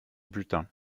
butin